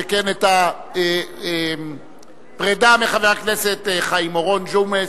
שכן את הפרידה מחבר הכנסת חיים אורון, ג'ומס,